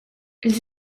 els